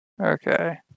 Okay